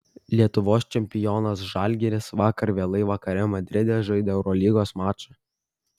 lietuvos čempionas žalgiris vakar vėlai vakare madride žaidė eurolygos mačą